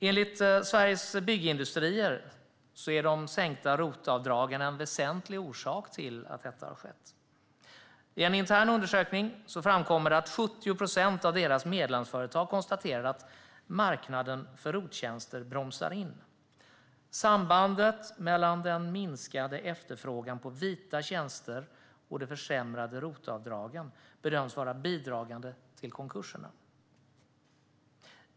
Enligt Sveriges Byggindustrier är de sänkta ROT-avdragen en väsentlig orsak till att detta har skett. I en intern undersökning framkommer det att 70 procent av deras medlemsföretag konstaterar att marknaden för ROT-tjänster bromsar in. Sambandet mellan den minskade efterfrågan på vita tjänster och de försämrade ROT-avdragen bedöms vara bidragande till konkurserna.